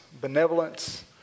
benevolence